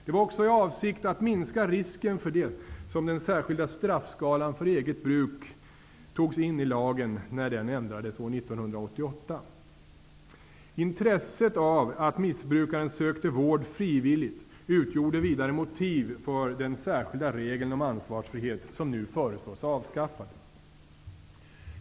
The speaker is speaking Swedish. Det var också i avsikt att minska risken för detta som den särskilda straffskalan för eget bruk togs in i lagen när denna ändrades år 1988. Intresset av att missbrukaren skulle söka vård frivilligt utgjorde vidare motiv för den särskilda regeln om ansvarsfrihet, som nu föreslås avskaffad.